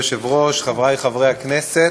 אדוני היושב-ראש, תודה רבה, חברי חברי הכנסת,